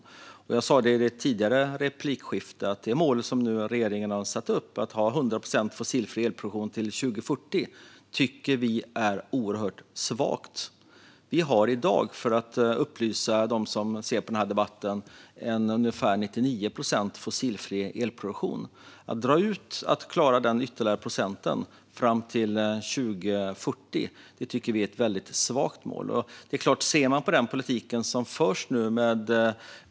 Men som jag sa i ett tidigare replikskifte tycker vi att det mål som regeringen nu har satt upp, att ha 100 procent fossilfri elproduktion till 2040, är oerhört svagt. Vi har i dag, för att upplysa dem som ser på den här debatten, en till ungefär 99 procent fossilfri elproduktion. Att dra ut på att klara den ytterligare procentenheten fram till 2040 tycker vi är ett väldigt svagt mål. Men vi kan såklart se på den politik som förs nu.